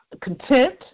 content